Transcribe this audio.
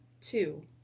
Two